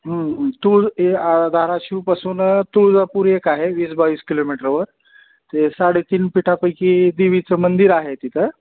तुळ ए धाराशिवपासून तुळजापूर एक आहे वीस बावीस किलोमीटरवर ते साडे तीन पिठापैकी देवीचं मंदिर आहे तिथं